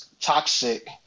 toxic